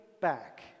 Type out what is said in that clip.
back